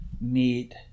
meet